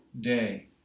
day